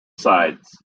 sides